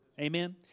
Amen